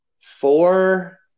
four